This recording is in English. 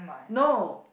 no